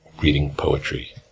reading poetry,